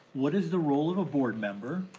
what is the role of a board member,